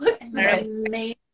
Amazing